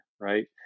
right